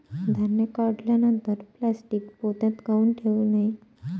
धान्य काढल्यानंतर प्लॅस्टीक पोत्यात काऊन ठेवू नये?